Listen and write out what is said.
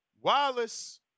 Wallace